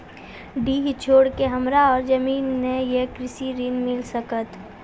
डीह छोर के हमरा और जमीन ने ये कृषि ऋण मिल सकत?